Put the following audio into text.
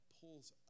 pulls